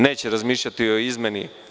Neće razmišljati o izmeni.